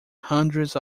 hundreds